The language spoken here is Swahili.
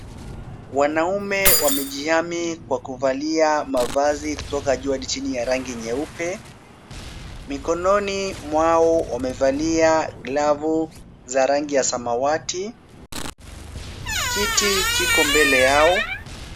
Wanaume wamejihami kwa kuvalia mavazi kutoka juu hadi chini ya rangi nyeupe mikononi mwao wamevalia glavu za rangi ya samawati, kiti kiko mbele yao.